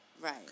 right